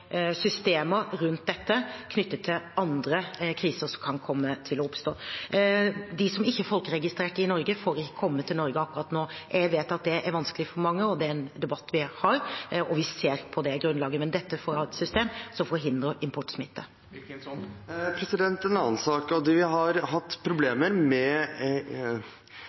systemer rundt dette knyttet til andre kriser som kan komme til å oppstå. De som ikke er folkeregistrert i Norge, får ikke komme til Norge akkurat nå. Jeg vet at det er vanskelig for mange. Det er en debatt vi har, og vi ser på det grunnlaget, men dette er for å ha et system som forhindrer importsmitte. En annen sak: Vi har hatt problemer med